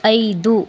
ಐದು